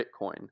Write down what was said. Bitcoin